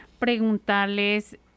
preguntarles